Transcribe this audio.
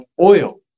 oil